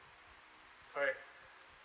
correct